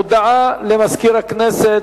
הודעה לסגן מזכירת הכנסת.